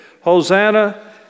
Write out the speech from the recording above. Hosanna